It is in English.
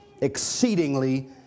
exceedingly